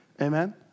Amen